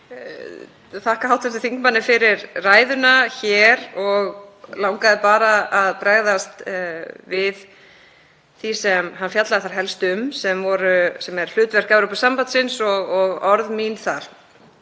þakka hv. þingmanni fyrir ræðuna og langaði bara að bregðast við því sem hann fjallaði þar helst um, sem er hlutverk Evrópusambandsins og orð mín þar.